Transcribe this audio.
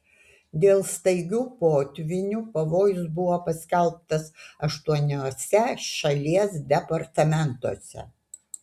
dėl staigių potvynių pavojus buvo paskelbtas aštuoniuose šalies departamentuose